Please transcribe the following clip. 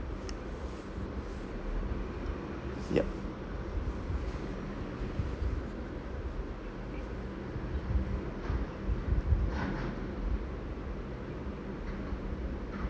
yup